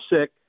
sick